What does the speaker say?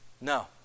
No